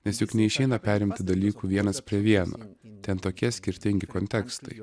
nes juk neišeina perimti dalykų vienas prie vieno ten tokie skirtingi kontekstai